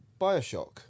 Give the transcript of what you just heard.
bioshock